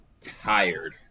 tired